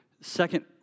second